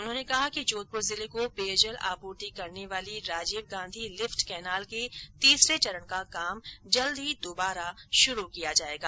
उन्होंने कहा कि जोधपुर जिले को पेयजल आपूर्ति करने वाली राजीव गांधी लिफ्ट कैनाल के तीसरे चरण का काम जल्दी दोबारा शुरू किया जायेगा